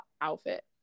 outfit